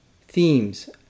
themes